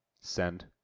Send